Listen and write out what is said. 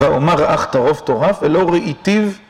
ואומר אך טרוף טורף, ולא ראיתיו